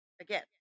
again